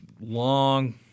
long